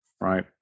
right